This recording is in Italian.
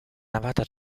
navata